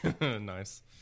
nice